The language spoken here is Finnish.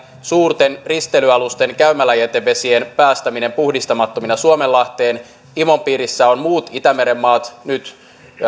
suurten risteilyalusten käymäläjätevesien päästäminen puhdistamattomina suomenlahteen imon piirissä ovat muut itämeren maat nyt